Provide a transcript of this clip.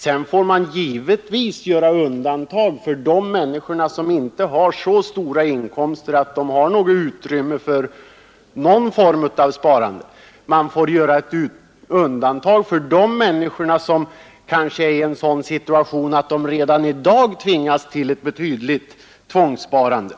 Sedan får man givetvis göra undantag för de människor som inte har så stora inkomster att de har något utrymme för någon form av sparande. Man får göra ett undantag för de människor som kanske är i en sådan situation att de redan i dag tvingas till ett betydligt tvångssparande.